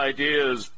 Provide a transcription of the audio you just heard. Ideas